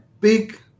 big